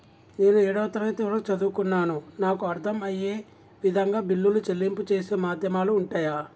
నేను ఏడవ తరగతి వరకు చదువుకున్నాను నాకు అర్దం అయ్యే విధంగా బిల్లుల చెల్లింపు చేసే మాధ్యమాలు ఉంటయా?